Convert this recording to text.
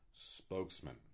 spokesman